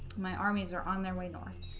my armies are on their way north